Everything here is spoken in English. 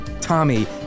Tommy